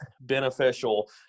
beneficial